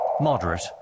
moderate